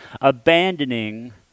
abandoning